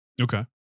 okay